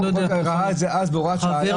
אם המחוקק ראה את זה אז בהוראת שעה,